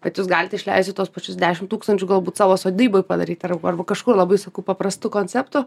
bet jūs galit išleisti tuos pačius dešimt tūkstančių galbūt savo sodyboj padaryt ar arba kažkur labai sakau paprastu konceptu